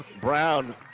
Brown